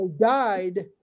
died